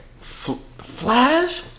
Flash